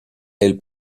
elle